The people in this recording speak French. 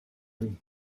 ami